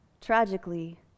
tragically